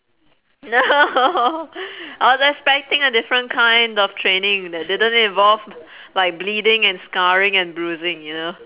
no I was expecting a different kind of training that didn't involve like bleeding and scarring and bruising you know